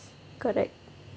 correct